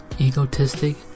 egotistic